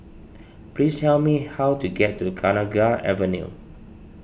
please tell me how to get to Kenanga Avenue